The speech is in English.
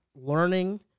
learning